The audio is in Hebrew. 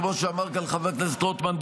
כמו שאמר כאן חבר הכנסת רוטמן,